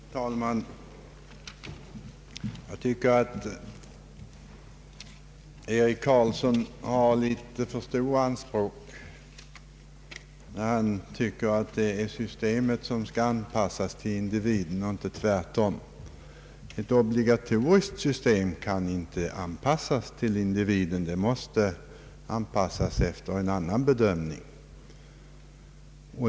Herr talman! Jag tycker att herr Eric Carlsson har litet för stora anspråk när han menar att systemet skall anpassas till individen och inte tvärt om. Ett obligatoriskt system kan inte anpassas till individen, det måste anpassas efter en annan bedömning.